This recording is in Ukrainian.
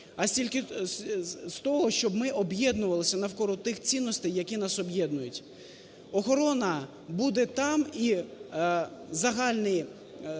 а стільки з того, щоб ми об'єднувалися навколо тих цінностей, які нас об'єднують. Охорона буде там і загальна